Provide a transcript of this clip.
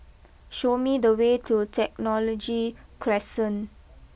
show me the way to Technology Crescent